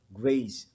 grace